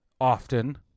often